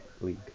league